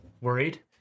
worried